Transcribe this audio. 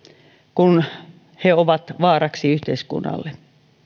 kun he ovat vaaraksi yhteiskunnalle